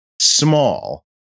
small